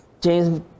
James